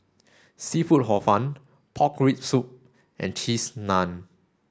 Seafood Hor Fun pork rib soup and cheese naan